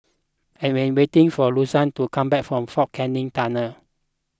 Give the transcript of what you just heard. I am waiting for Louisa to come back from fort Canning Tunnel